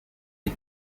die